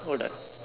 hold on